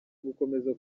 gukomeza